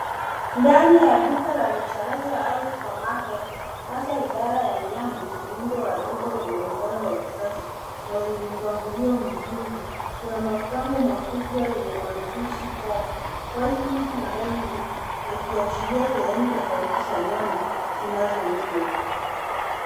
Ndani ya duka la rejareja au supermarket hasa idara ya nyama. Muundo wa duka unaonekana wa kisasa na wenye mpangilio mzuri. Kuna mabango makubwa yenye maandishi, pork, white meat na red meat, ikiashiria sehemu tofauti za nyama zinazouzwa.